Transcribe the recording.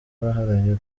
baharaye